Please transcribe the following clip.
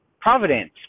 providence